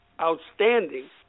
outstanding